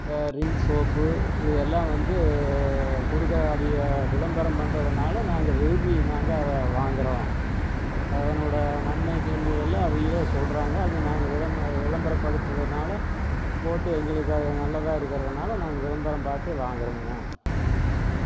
ரின் soap இது எல்லாம் வந்து கொடுக்குற அவக விளம்பரம் பண்ணுறதுனால நாங்கள் விரும்பி நாங்கள் அதை வாங்குறோம் அதனுடய நம்ம தீமைகளில் அவங்களே சொல்லுறாங்க அதுவும் நாங்கள் விளம்பர படுத்தறதுனால போட்டு எங்களுக்குஅது நல்லதாக இருக்கிறதுனால நாங்கள் விளம்பரம் பார்த்தே வாங்குறோமுங்க